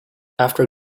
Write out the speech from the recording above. after